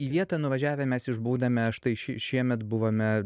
į vietą nuvažiavę mes išbūname štai šie šiemet buvome